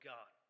God